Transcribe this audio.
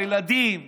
הילדים,